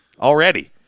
already